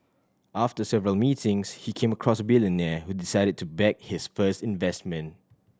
after several meetings he came across a billionaire who decided to back his first investment